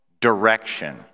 direction